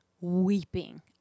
Weeping